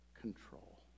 control